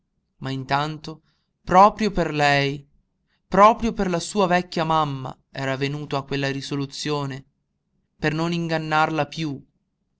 ma intanto proprio per lei proprio per la sua vecchia mamma era venuto a quella risoluzione per non ingannarla piú